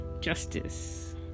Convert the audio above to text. Justice